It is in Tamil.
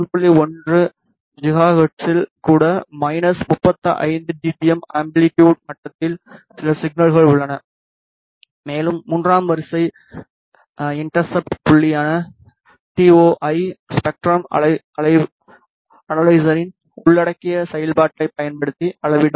1 ஜிகாஹெர்ட்ஸில் கூட மைனஸ் 35 டிபிஎம் அம்பிலிட்டுட் மட்டத்தில் சில சிக்னல்கள் உள்ளன மேலும் மூன்றாம் வரிசை இண்டெர்ஸ்ப்ட்ஸ் புள்ளியான டி ஓ ஐ ஸ்பெக்ட்ரம் அனலைசரின் உள்ளடிக்கிய செயல்பாட்டைப் பயன்படுத்தி அளவிட முடியும்